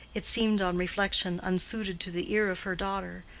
it seemed, on reflection, unsuited to the ear of her daughter,